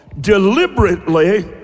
deliberately